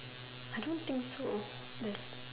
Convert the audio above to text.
I don't think so the